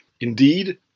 Indeed